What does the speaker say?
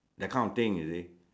that kind of thing you see